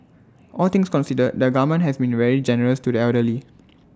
all things considered the government has been the very generous to the elderly